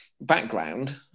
background